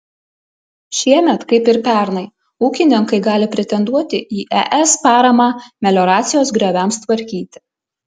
šiemet kaip ir pernai ūkininkai gali pretenduoti į es paramą melioracijos grioviams tvarkyti